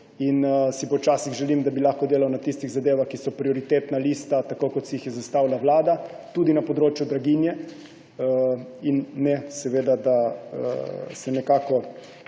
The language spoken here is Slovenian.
Si pa včasih želim, da bi lahko delal na tistih zadevah, ki so na prioritetni listi, tako kot si jo je zastavila Vlada, tudi na področju draginje, in ne, da se